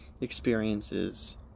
experiences